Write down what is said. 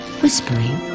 whispering